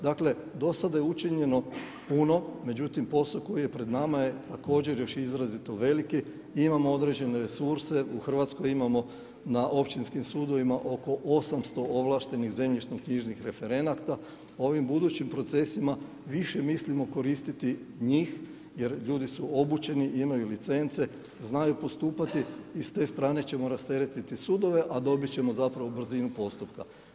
Dakle do sada je učinjeno puno, međutim posao koji je pred nama je također izrazito veliki i imamo određene resurse u Hrvatskoj, imamo na općinskim sudovima oko 800 ovlaštenih zemljišno-knjižnih referenata i u ovim budućim procesima više mislimo koristiti njih jer ljudi su obučeni, imaju licence, znaju postupati i s te strane ćemo rasteretiti sudove, a dobit ćemo brzinu postupka.